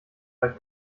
euch